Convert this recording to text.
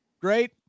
great